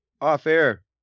off-air